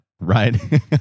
right